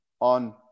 on